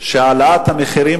שהעלאת המחירים,